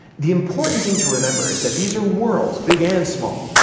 the important thing to remember is that these are worlds, big and small,